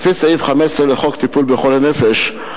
לפי סעיף 15 לחוק טיפול בחולי נפש,